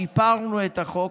שיפרנו את החוק,